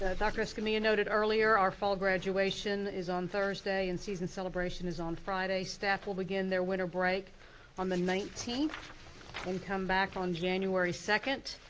ah dr. escamilla noted earlier, our fall graduation is on thursday and season celebration is on friday. staff will begin their winter break on the nineteenth and come back on january second.